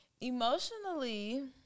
Emotionally